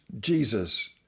Jesus